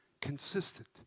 Consistent